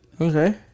Okay